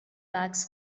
bags